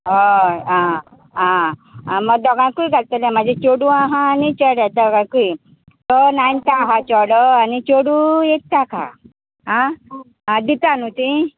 हय आं हां आ मागीर दोगांकूय घालतलें म्हाजें चेडू आहा आनी चेडो दोगांकूय तो नायनथाक आसा चेडो आनी चेडू एठथाक हा आं दिता न्हूं तीं